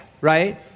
right